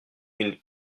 une